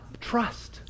trust